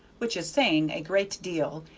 which is saying a great deal,